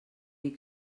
dir